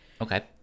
Okay